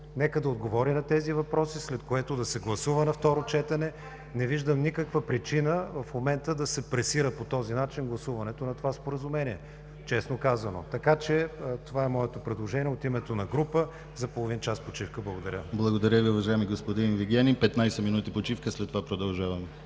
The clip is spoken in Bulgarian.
Нека да отговори на тези въпроси, след което да се гласува на второ четене. Не виждам никаква причина в момента да се пресира по този начин гласуването на това Споразумение, честно казано. Това е моето предложение от името на група – за половин час почивка. Благодаря. ПРЕДСЕДАТЕЛ ДИМИТЪР ГЛАВЧЕВ: Благодаря Ви, уважаеми господин Вигенин. Петнадесет минути почивка. След това продължаваме.